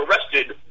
arrested